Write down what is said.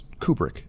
Kubrick